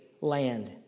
land